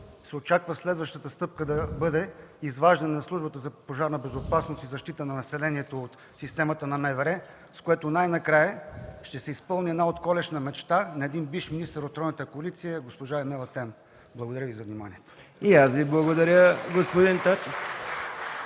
очаква се следващата стъпка да бъде изваждане на службата за пожарна безопасност и защита на населението от системата на МВР, с което най-накрая ще се изпълни една отколешна мечта на един бивш министър от тройната коалиция госпожа Емел Етем. Благодаря Ви за вниманието. (Ръкопляскания от